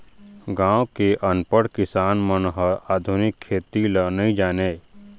गाँव के अनपढ़ किसान मन ह आधुनिक खेती ल नइ जानय